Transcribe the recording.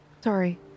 Sorry